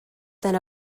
than